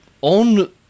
on